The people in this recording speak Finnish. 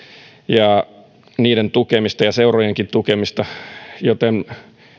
ja niiden tukemista ja seurojenkin tukemista joten